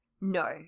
No